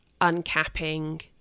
uncapping